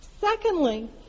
Secondly